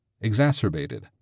exacerbated